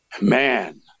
man